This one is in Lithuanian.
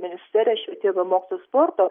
ministerija švietimo mokslo ir sporto